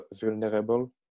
vulnerable